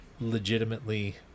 legitimately